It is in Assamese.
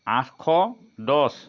আঠশ দহ